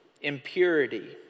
impurity